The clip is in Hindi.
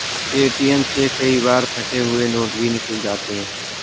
ए.टी.एम से कई बार फटे हुए नोट भी निकल जाते हैं